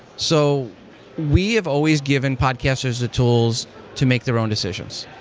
so we have always given podcasters the tools to make their own decisions,